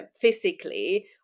physically